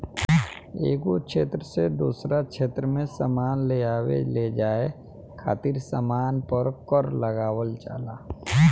एगो क्षेत्र से दोसरा क्षेत्र में सामान लेआवे लेजाये खातिर सामान पर कर लगावल जाला